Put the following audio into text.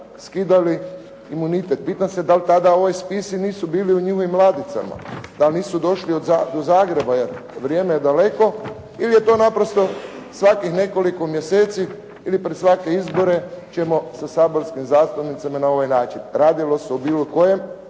Pitam se da li tada ovi spisi nisu bili u njihovim ladicama, da li nisu došli do Zagreba jer vrijeme je daleko ili je to naprosto svakih nekoliko mjeseci ili pred svake izbore ćemo sa saborskim zastupnicima na ovaj način radilo se o bilo kojem